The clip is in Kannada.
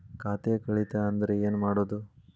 ಖಾತೆ ಕಳಿತ ಅಂದ್ರೆ ಏನು ಮಾಡೋದು?